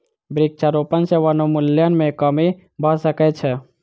वृक्षारोपण सॅ वनोन्मूलन मे कमी भ सकै छै